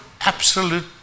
absolute